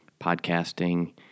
Podcasting